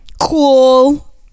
cool